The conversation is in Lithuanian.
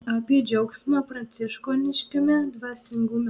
apie džiaugsmą pranciškoniškame dvasingume